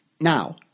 Now